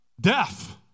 Death